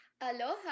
Aloha